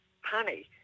honey